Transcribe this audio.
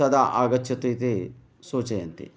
तदा आगच्छतु इति सूचयन्ति